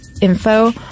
info